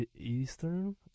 Eastern